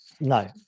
no